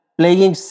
playing